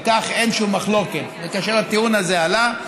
על כך אין שום מחלוקת וכאשר הטיעון הזה עלה,